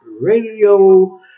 Radio